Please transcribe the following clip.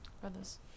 brothers